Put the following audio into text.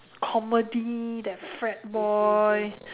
comedy that frat boy